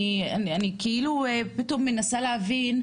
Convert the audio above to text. אני פתאום מנסה להבין,